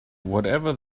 whatever